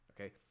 okay